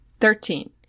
thirteen